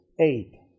eight